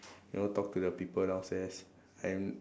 you know talk to the people downstairs and